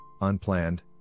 unplanned